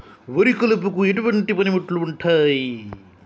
వరి కలుపుకు ఎటువంటి పనిముట్లు ఉంటాయి?